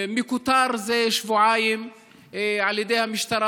מכותר זה שבועיים על ידי המשטרה.